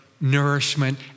nourishment